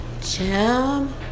Jim